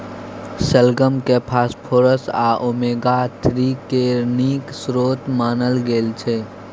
शलगम केँ फास्फोरस आ ओमेगा थ्री केर नीक स्रोत मानल गेल छै